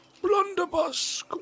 Blunderbuss